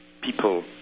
people